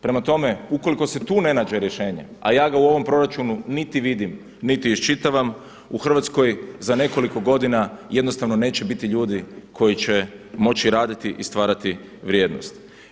Prema tome, ukoliko se tu ne nađe rješenje, a ja ga u ovo proračunu niti vidim niti iščitavam, u Hrvatskoj za nekoliko godina jednostavno neće biti ljudi koji će moći raditi i stvarati vrijednost.